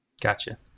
Gotcha